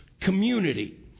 community